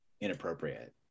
inappropriate